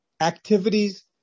activities